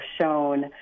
shown